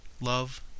Love